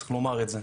צריך לומר את זה.